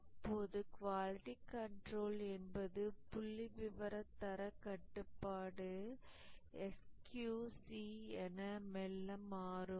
அப்போது quality control என்பது புள்ளிவிவர தரக்கட்டுப்பாடு SQC என மெல்ல மாறும்